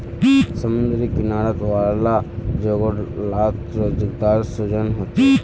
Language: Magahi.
समुद्री किनारा वाला जोगो लात रोज़गार सृजन होचे